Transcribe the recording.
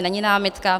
Není námitka.